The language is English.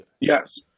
Yes